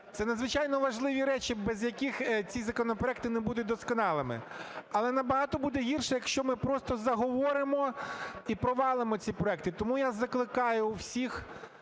Це надзвичайно важливі речі, без яких ці законопроекти не будуть досконалими. Але набагато буде гірше, якщо ми просто заговоримо і провалимо ці законопроекти. Тому я закликаю всіх